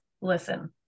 listen